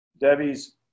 Debbie's